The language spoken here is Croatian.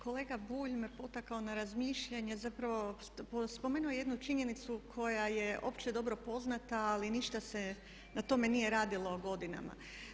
Kolega Bulj me potakao na razmišljanje, zapravo spomenuo je jednu činjenicu koja je opće dobro poznata ali ništa se na tome nije radilo godinama.